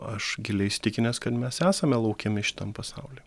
aš giliai įsitikinęs kad mes esame laukiami šitam pasauly